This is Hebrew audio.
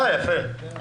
יפה.